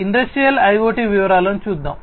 industrial IoT వివరాలను చూద్దాం